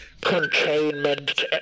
containment